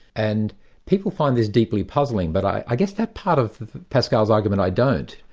and people find this deeply puzzling, but i guess that part of pascal's argument i don't.